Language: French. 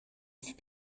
fut